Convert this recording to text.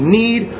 need